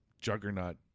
juggernaut